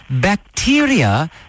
bacteria